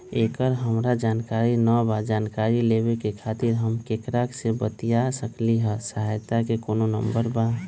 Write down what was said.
एकर हमरा जानकारी न बा जानकारी लेवे के खातिर हम केकरा से बातिया सकली ह सहायता के कोनो नंबर बा?